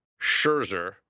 Scherzer